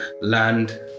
land